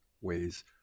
ways